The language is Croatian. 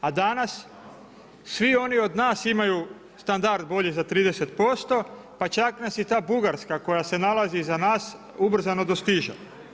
A danas svi oni od nas imaju standard bolji za 30%, pa čak nas i ta Bugarska koja se nalazi iza nas ubrzano dostiže.